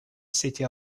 city